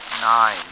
Nine